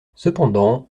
cependant